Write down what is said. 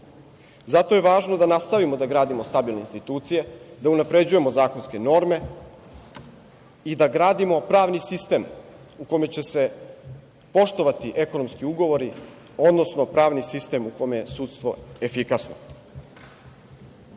Zato je važno da nastavimo da gradimo stabilne institucije, da unapređujemo zakonske norme i da gradimo pravni sistem u kome će se poštovati ekonomski ugovori, odnosno pravni sistem u kojem je sudstvo efikasno. Mi